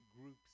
groups